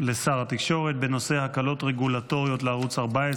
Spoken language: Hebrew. לשר התקשורת בנושא: הקלות רגולטוריות לערוץ 14,